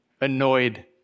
annoyed